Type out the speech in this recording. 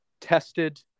tested